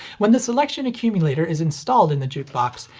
when the selection accumulator is installed in the jukebox,